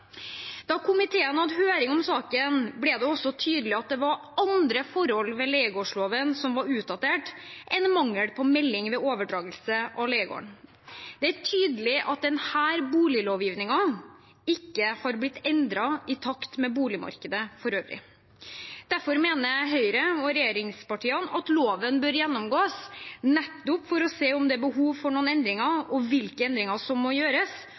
Da komiteen hadde høring om saken, ble det også tydelig at det var andre forhold ved leiegårdsloven som var utdatert, enn mangel på melding ved overdragelse av leiegården. Det er tydelig at denne boliglovgivningen ikke har blitt endret i takt med boligmarkedet for øvrig. Derfor mener Høyre og regjeringspartiene at loven bør gjennomgås, nettopp for å se om det er behov for noen endringer, og hvilke endringer som må gjøres